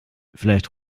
vielleicht